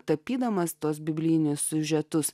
tapydamas tuos biblinius siužetus